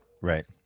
Right